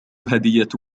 هدية